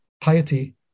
piety